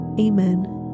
Amen